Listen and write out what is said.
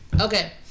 Okay